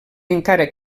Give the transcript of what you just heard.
encara